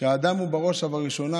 שהאדם הוא בראש ובראשונה,